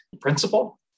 principle